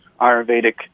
Ayurvedic